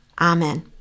Amen